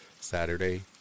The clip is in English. Saturday